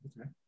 Okay